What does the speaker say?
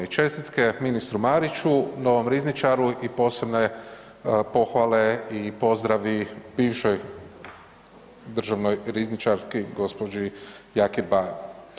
I čestitke ministru Mariću, novom rizničaru i posebne pohvale i pozdravi bivšoj državnoj rizničarki gospođi Jakir Bajo.